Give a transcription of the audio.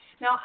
now